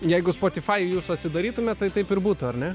jeigu spotify jūsų atsidarytume tai taip ir būtų ar ne